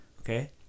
okay